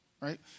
right